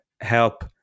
help